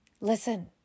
Listen